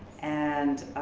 and